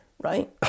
right